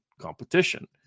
competition